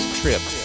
trip